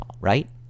right